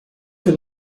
can